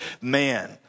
man